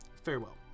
Farewell